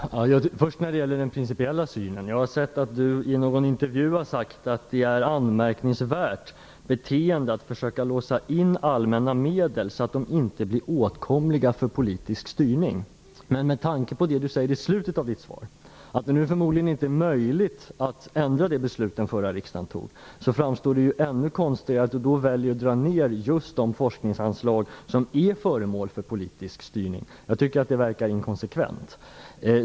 Fru talman! Jag vill först säga några ord om den principiella synen. Jag har sett att Carl Tham i en intervju har sagt att det är ett anmärkningsvärt beteende att försöka låsa in allmänna medel så att de inte blir åtkomliga för politisk styrning. Med det tanke på det som Carl Tham sade i slutet av sitt svar om att det nu förmodligen inte är möjligt att ändra det beslut som den förra riksdagen fattade, framstår det som ännu konstigare att han väljer att dra ned på just de forskningsanslag som är föremål för politisk styrning. Jag tycker att det verkar vara inkonsekvent.